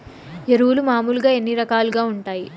ఎరువులు మామూలుగా ఎన్ని రకాలుగా వుంటాయి?